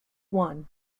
one